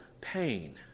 pain